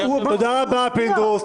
תודה רבה, פינדרוס.